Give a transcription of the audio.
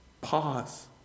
Pause